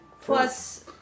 Plus